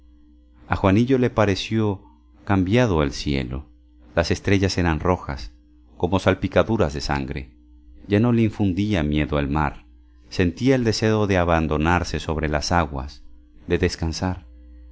a juanillo le pareció cambiado el cielo las estrellas eran rojas como salpicaduras de sangre ya no le infundía miedo el mar sentía el deseo de abandonarse sobre las aguas de descansar